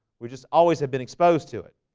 we just always have been exposed to it